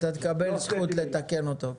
אתה תקבל זכות לתקן אותו.